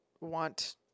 want